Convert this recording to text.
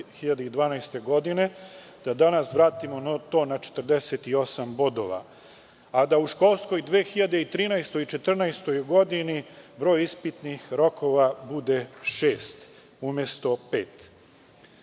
2012. godine, danas vratimo to na 48 bodova, a da u školskoj 2013. i 2014. godini broj ispitnih rokova bude šest,